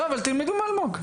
לא אבל תלמדו מאלמוג,